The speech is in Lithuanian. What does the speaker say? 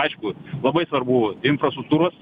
aišku labai svarbu infrastruktūros